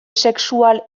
sexual